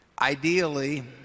ideally